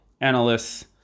Analysts